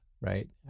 right